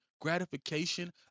gratification